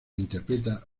interpreta